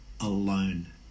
alone